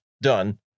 done